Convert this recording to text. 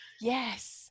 Yes